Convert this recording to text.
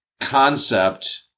concept